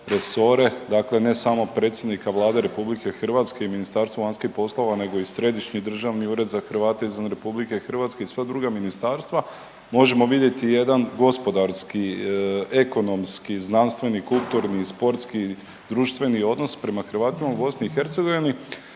resore dakle ne samo predsjednika Vlade RH i MVEP-a nego i Središnji državni ured za Hrvate izvan RH i sva druga ministarstva možemo vidjeti jedan gospodarski, ekonomski, znanstveni, kulturni, sportski i društveni odnos prema Hrvatima u BiH, ali mene